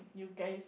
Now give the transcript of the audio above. you guys